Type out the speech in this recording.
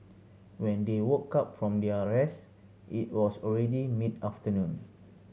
when they woke up from their rest it was already mid afternoon